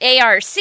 ARC